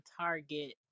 Target